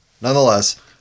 nonetheless